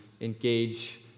engage